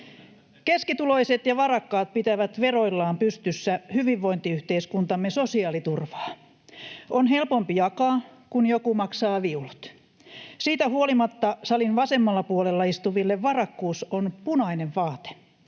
Keskituloiset ja varakkaat pitävät veroillaan pystyssä hyvinvointiyhteiskuntamme sosiaaliturvaa. On helpompi jakaa, kun joku maksaa viulut. Siitä huolimatta salin vasemmalla puolella istuville varakkuus on punainen vaate.